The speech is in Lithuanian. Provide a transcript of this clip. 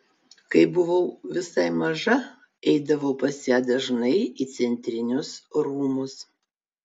kai buvau visai maža eidavau pas ją dažnai į centrinius rūmus